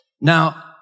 Now